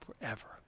forever